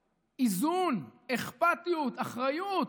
איזון, אכפתיות, אחריות